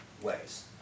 ways